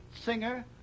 singer